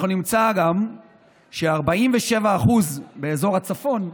אנחנו נמצא ש-47% מאזור הצפון,